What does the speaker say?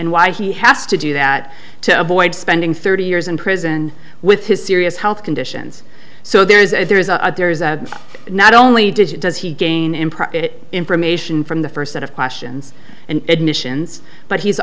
and why he has to do that to avoid spending thirty years in prison with his serious health conditions so there is a there is a there is not only did he does he gain in private information from the first set of questions and admissions but he's